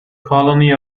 colony